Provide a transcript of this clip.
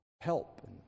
help